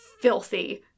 filthy